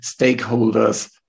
stakeholders